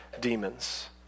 demons